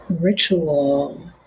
ritual